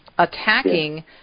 Attacking